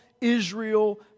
Israel